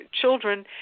children